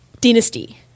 Dynasty